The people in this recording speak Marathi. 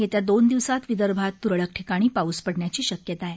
येत्या दोन दिवसात विदर्भात तुरळक ठिकाणी पाऊस पडण्याची शक्यता आहे